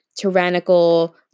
tyrannical